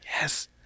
Yes